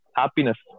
happiness